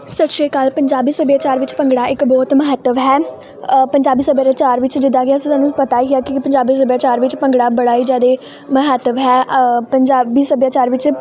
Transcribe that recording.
ਸਤਿ ਸ਼੍ਰੀ ਅਕਾਲ ਪੰਜਾਬੀ ਸਭਿਆਚਾਰ ਵਿੱਚ ਭੰਗੜਾ ਇੱਕ ਬਹੁਤ ਮਹੱਤਵ ਹੈ ਪੰਜਾਬੀ ਸਭਿਆ ਦੇ ਚਾਰ ਵਿੱਚ ਜਿੱਦਾਂ ਕਿ ਅਸੀਂ ਸਾਨੂੰ ਪਤਾ ਹੀ ਹੈ ਕਿ ਪੰਜਾਬੀ ਸਭਿਆਚਾਰ ਵਿੱਚ ਭੰਗੜਾ ਬੜਾ ਹੀ ਜ਼ਿਆਦਾ ਮਹੱਤਵ ਹੈ ਪੰਜਾਬੀ ਸੱਭਿਆਚਾਰ ਵਿੱਚ